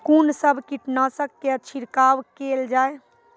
कून सब कीटनासक के छिड़काव केल जाय?